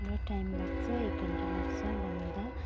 र टाइम लाग्छ एक घण्टा लाग्छ बनाउँदा